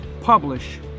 Publish